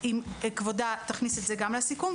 אני מבקשת שכבודה תכניס גם את זה לסיכום.